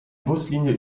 buslinie